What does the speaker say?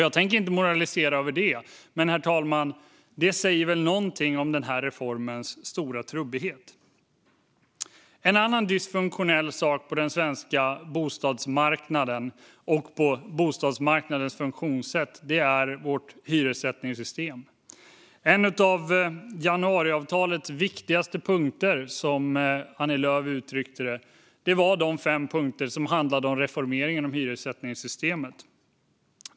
Jag tänker inte moralisera över detta, herr talman, men det säger något om reformens stora trubbighet. En annan dysfunktionell sak på den svenska bostadsmarknaden och i dess funktionssätt är hyressättningssystemet. En av januariavtalets viktigaste delar var, som Annie Lööf uttryckte det, de fem punkter som handlade om reformeringen av hyressättningssystemet.